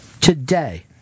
Today